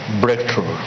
breakthrough